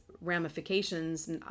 ramifications